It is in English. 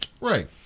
right